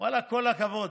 ואללה, כל הכבוד.